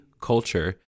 culture